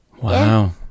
Wow